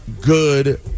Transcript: good